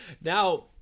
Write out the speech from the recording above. Now